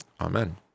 Amen